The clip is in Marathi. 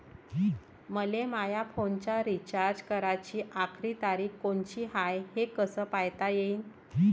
मले माया फोनचा रिचार्ज कराची आखरी तारीख कोनची हाय, हे कस पायता येईन?